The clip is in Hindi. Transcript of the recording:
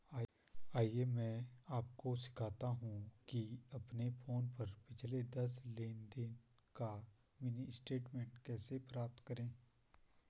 आइए मैं आपको सिखाता हूं कि अपने फोन पर पिछले दस लेनदेन का मिनी स्टेटमेंट कैसे प्राप्त करें